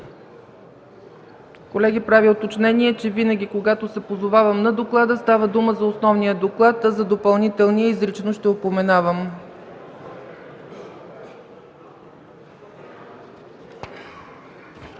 Колеги, правя уточнение, че винаги, когато се позовавам на доклада, става дума за основния доклад. За допълнителния – ще упоменавам